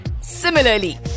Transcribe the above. Similarly